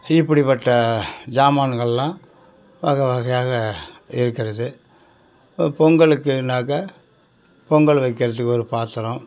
இப்படி பட்ட சாமான்கள்லாம் வகை வகையாக இருக்கிறது பொங்கலுக்குனாக்க பொங்கல் வைக்கிறதுக்கு ஒரு பாத்திரம்